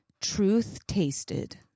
truth-tasted